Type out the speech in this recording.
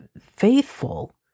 faithful